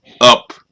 up